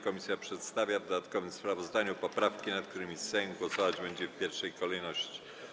Komisja przedstawia w dodatkowym sprawozdaniu poprawki, nad którymi Sejm głosować będzie w pierwszej kolejności.